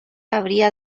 habría